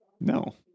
no